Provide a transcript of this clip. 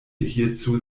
hierzu